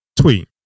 Tweet